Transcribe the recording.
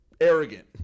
arrogant